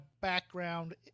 background